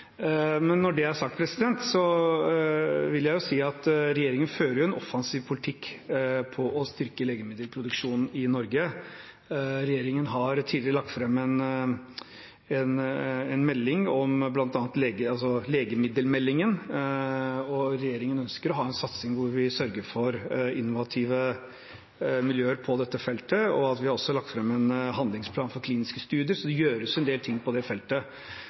Når det er sagt, vil jeg si at regjeringen fører en offensiv politikk for å styrke legemiddelproduksjonen i Norge. Regjeringen har tidligere lagt fram Legemiddelmeldingen, riktig bruk – bedre helse, Meld. St. 28 for 2014–2015. Regjeringen ønsker å ha en satsing hvor vi sørger for innovative miljøer på dette feltet. Vi har også lagt fram en handlingsplan for kliniske studier, så det gjøres en del ting på det feltet.